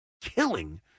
killing